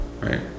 Right